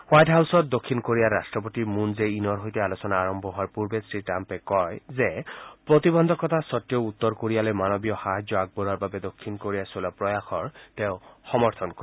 white হাউচত দক্ষিণ কোৰিয়াৰ ৰাট্টপতি মুন জে ইনৰ সৈতে আলোচনা আৰম্ভ হোৱাৰ পূৰ্বে শ্ৰী ট্ৰাম্পে কয় যে প্ৰতিবন্ধকতা স্বত্তেও উত্তৰ কোৰিয়ালৈ মানবীয় সাহাৰ্য আগবঢ়োৱাৰ বাবে দক্ষিণ কোৰিয়াই চলোৱা প্ৰয়াসৰ তেওঁ সমৰ্থন কৰে